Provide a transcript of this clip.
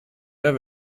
der